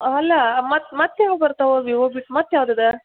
ಅಲ್ಲ ಮತ್ತೆ ಮತ್ತೆ ಯಾವಾಗ ಬರ್ತವೆ ವಿವೋ ಬಿಟ್ಟು ಮತ್ತೆ ಯಾವ್ದಿದೆ